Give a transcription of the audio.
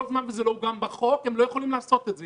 כל זמן שזה לא מופיע בחוק הם לא יכולים לעשות את זה.